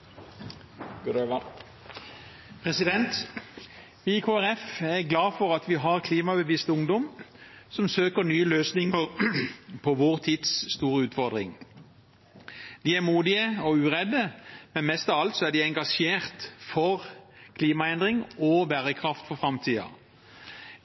Vi i Kristelig Folkeparti er glade for at vi har klimabevisste ungdommer som søker nye løsninger på vår tids store utfordring. De er modige og uredde, men mest av alt er de engasjert for klimaendring og bærekraft for framtiden.